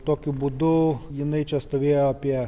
tokiu būdu jinai čia stovėjo apie